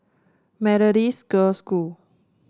Methodist Girls' School